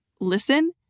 listen